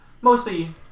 mostly